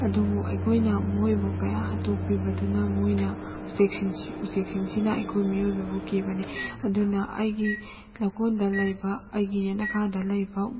ꯑꯗꯨꯕꯨ ꯑꯩꯈꯣꯏꯅ ꯃꯣꯏꯕꯨ ꯃꯌꯥ ꯍꯥꯠꯇꯣꯛꯄꯤꯕꯗꯨꯅ ꯃꯣꯏꯅ ꯎꯆꯦꯛꯁꯤꯡꯁꯤꯅ ꯑꯩꯈꯣꯏ ꯃꯤꯑꯣꯏꯕꯕꯨ ꯀꯤꯕꯅꯤ ꯑꯗꯨꯅ ꯑꯩꯒꯤ ꯂꯧꯀꯣꯟꯗ ꯂꯩꯕ ꯑꯩꯒꯤ ꯌꯦꯅꯈꯥꯗ ꯂꯩꯕ